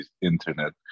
internet